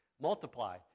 Multiply